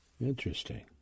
Interesting